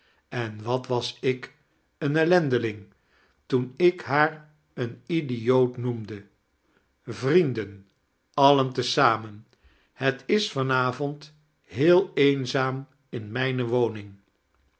en wat was ik een ellende ling torn ik haar een idioot noemde vrienden alien te zamen het is van avond heel eenizaam in mijne waning